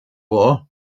war